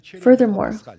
Furthermore